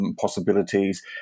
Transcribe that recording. possibilities